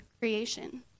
creation